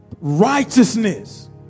righteousness